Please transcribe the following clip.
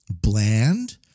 bland